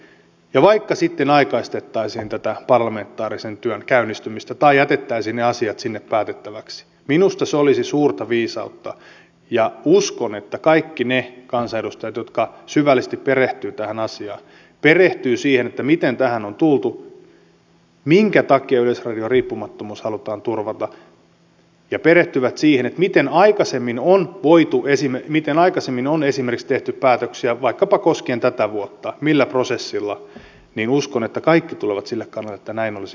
ja vaikka sitten aikaistettaisiin tätä parlamentaarisen työn käynnistymistä tai jätettäisiin ne asiat sinne päätettäväksi minusta se olisi suurta viisautta ja uskon että kaikki ne kansanedustajat jotka syvällisesti perehtyvät tähän asiaan perehtyvät siihen miten tähän on tultu minkä takia yleisradion riippumattomuus halutaan turvata ja perehtyvät siihen miten aikaisemmin on puitu vesimme miten aikaisemmin on esimerkiksi tehty päätöksiä vaikkapa koskien tätä vuotta millä prosessilla niin uskon että kaikki tulevat sille kannalle että näin olisi järkevää toimia